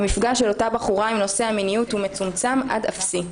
מפגש של אותה בחורה עם נושא המיניות הוא מצומצם עד אפסי.